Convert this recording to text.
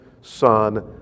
son